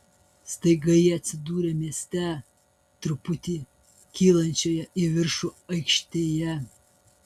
staiga jie atsidūrė mieste truputį kylančioje į viršų aikštėje